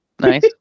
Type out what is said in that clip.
Nice